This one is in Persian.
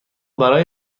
برای